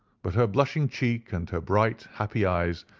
but her blushing cheek and her bright, happy eyes,